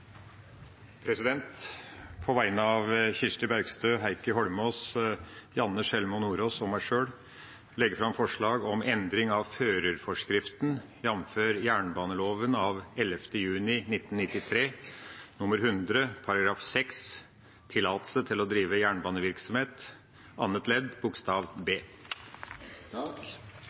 På vegne av Kirsti Bergstø, Heikki Eidsvoll Holmås, Janne Sjelmo Nordås og meg sjøl vil jeg sette fram forslag om endring av førerforskriften jamfør jernbaneloven av 11. juni 1993 nr. 100,